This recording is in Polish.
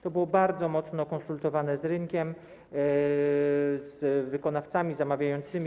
To było bardzo mocno konsultowane z rynkiem, z wykonawcami, z zamawiającymi.